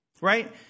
Right